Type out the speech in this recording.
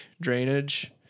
drainage